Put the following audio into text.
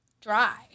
dry